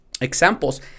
examples